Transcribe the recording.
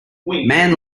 man